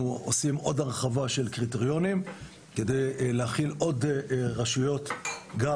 עושים עוד הרחבה של קריטריונים כדי להכיל עוד רשויות גם